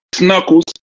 Knuckles